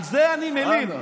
על זה אני מלין.